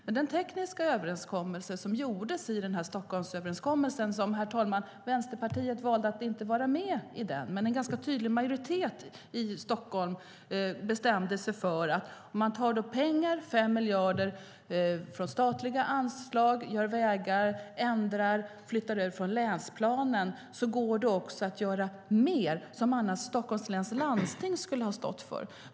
Den tekniska överenskommelse som finns i Stockholmsöverenskommelsen - Vänsterpartiet valde att inte delta i överenskommelsen, men en tydlig majoritet deltog - innebär att 5 miljarder ska tas från statliga anslag, flyttas över från länsplanen, och då går det att göra mer som annars Stockholms läns landsting skulle ha stått för.